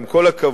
עם כל הכבוד,